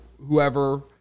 whoever